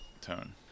tone